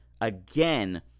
again